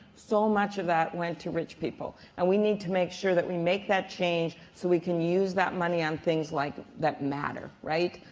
so much of that went to rich people. and we need to make sure that we make that change so we can use that money on things like that matter, right?